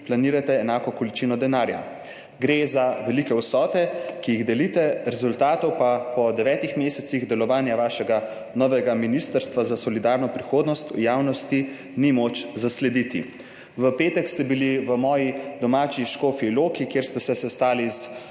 planirate enako količino denarja. Gre za velike vsote, ki jih delite, rezultatov pa po devetih mesecih delovanja vašega novega Ministrstva za solidarno prihodnost v javnosti ni moč zaslediti. V petek ste bili v moji domači Škofji Loki, kjer ste se sestali